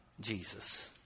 Jesus